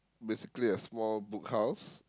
basically a small Book House